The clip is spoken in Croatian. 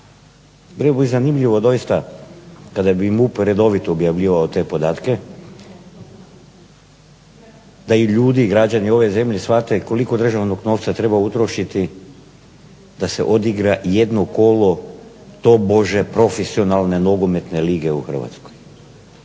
Bilo bi zanimljivo doista kada bi MUP redovito objavljivao te podatke da i ljudi, građani ove zemlje shvate koliko državnog novca treba utrošiti da se odigra jedno kolo tobože profesionalne nogometne lige u Hrvatskoj.